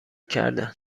کردند